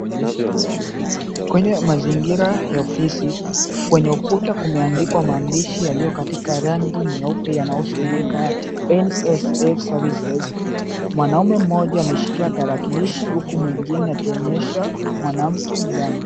Kwenye mazingira ya ofisi, kwenye ukuta kumeandikwa maandishi yaliyo katika rangi nyeupe yanayosomeka; NSSF services. Mwanaume mmoja ameshika tarakilishi, huku mwingine akionyesha mwanamke mlango.